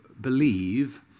believe